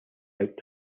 out